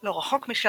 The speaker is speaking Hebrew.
לא רחוק משם,